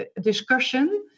discussion